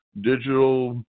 digital